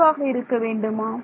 குறைவாக இருக்க வேண்டுமா